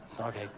Okay